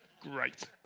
great